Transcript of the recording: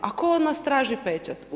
A tko od nas traži pečat?